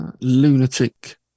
lunatic